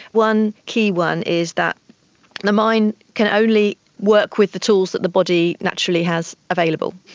one key one is that the mind can only work with the tools that the body naturally has available.